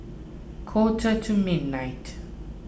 quarter to midnight